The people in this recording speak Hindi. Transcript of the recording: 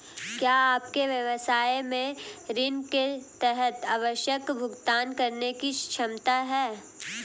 क्या आपके व्यवसाय में ऋण के तहत आवश्यक भुगतान करने की क्षमता है?